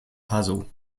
puzzle